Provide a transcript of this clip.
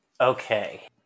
okay